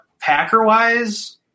Packer-wise